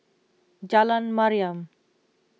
Jalan Mariam